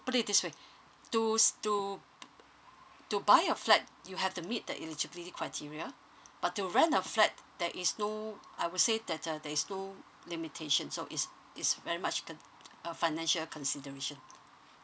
put it this way to s~ to to buy a flat you have to meet the eligibility criteria but to rent a flat that is no I would say that uh there is two limitation so is is very much the uh financial consideration